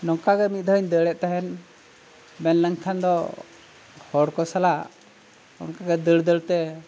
ᱱᱚᱝᱠᱟ ᱜᱮ ᱢᱤᱫ ᱫᱷᱟᱣ ᱤᱧ ᱫᱟᱹᱲᱮᱫ ᱛᱟᱦᱮᱱ ᱢᱮᱱᱞᱮᱠᱷᱟᱱ ᱫᱚ ᱦᱚᱲ ᱠᱚ ᱥᱟᱞᱟᱜ ᱚᱱᱠᱟ ᱜᱮ ᱫᱟᱹᱲ ᱫᱟᱹᱲ ᱛᱮ